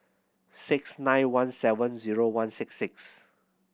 six nine one seven zero one six six